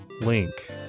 Link